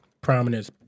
prominent